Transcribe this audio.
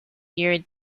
hear